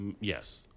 yes